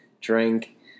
Drink